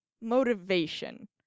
motivation